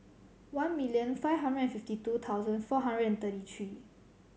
one million five hundred and fifty two thousand four hundred and thirty three